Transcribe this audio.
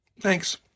Thanks